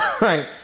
right